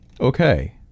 Okay